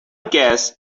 guess